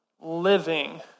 living